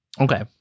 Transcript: Okay